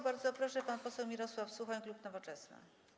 Bardzo proszę, pan poseł Mirosław Suchoń, klub Nowoczesna.